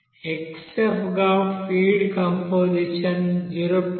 XF గా feed composition 0